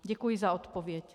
Děkuji za odpověď.